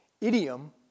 idiom